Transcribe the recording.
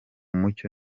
mucyo